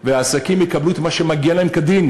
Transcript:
והעסקים יקבלו את מה שמגיע להם כדין,